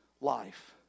life